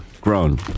grown